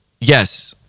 yes